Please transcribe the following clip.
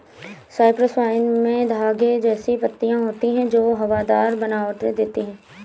Cyprus vine में धागे जैसी पत्तियां होती हैं जो हवादार बनावट देती हैं